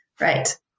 Right